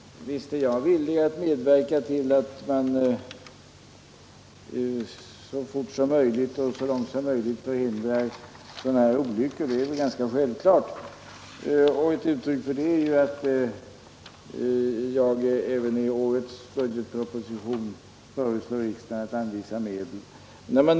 Herr talman! Det är självklart att jag är villig att medverka till att man så snart och så långt som möjligt förhindrar sådana här olyckor. Ett uttryck för det är att jag även i årets budgetproposition föreslår riksdagen att anvisa medel för detta ändamål.